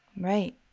Right